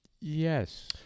Yes